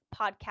podcast